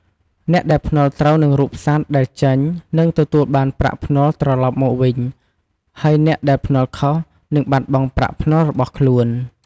អ្នកដែលភ្នាល់ត្រូវនឹងរូបសត្វដែលចេញនឹងទទួលបានប្រាក់ភ្នាល់ត្រឡប់មកវិញហើយអ្នកដែលភ្នាល់ខុស នឹងបាត់បង់ប្រាក់ភ្នាល់របស់ខ្លួន។